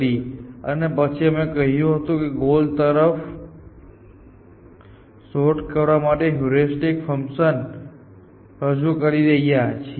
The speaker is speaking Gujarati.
અમે લાઇન સર્ચ એલ્ગોરિધમ સાથે શોધ શરૂ કરી અને પછી અમે કહ્યું કે ગોલ તરફ શોધ કરવામાં માટે હ્યુરિસ્ટિક ફંકશન રજૂ કરી રહ્યા છીએ